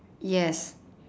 yes